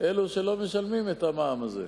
אלה שלא משלמים את המע"מ הזה.